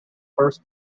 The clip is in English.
first